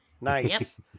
Nice